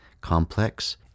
Complex